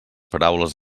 paraules